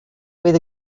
where